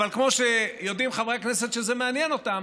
אבל כמו שיודעים חברי הכנסת שזה מעניין אותם,